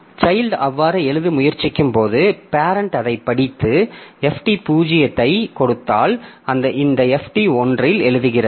child அவ்வாறு எழுத முயற்சிக்கும்போது பேரெண்ட் அதைப் படித்து fd 0 ஐக் கொடுத்தால் அது இந்த fd 1 இல் எழுதுகிறது